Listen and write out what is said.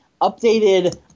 updated